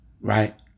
Right